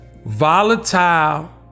volatile